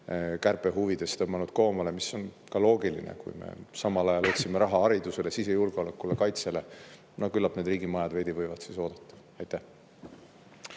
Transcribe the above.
kärpe huvides tõmmanud koomale, mis on ka loogiline, kui me samal ajal otsime raha haridusele, sisejulgeolekule ja kaitsele. Küllap need riigimajad veidi võivad oodata. Aitäh!